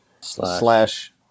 slash